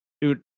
Dude